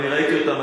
אני ראיתי אותם.